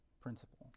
principle